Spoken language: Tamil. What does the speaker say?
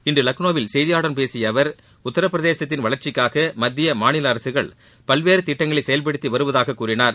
இன்று லக்னோவில் செய்தியாளர்களிடம் பேசிய அவர் உத்தரப்பிரதேசத்தின் வளர்ச்சிக்காக மத்திய மாநில அரசுகள் பல்வேறு திட்டங்களை செயல்படுத்தி வருவதாக கூறினார்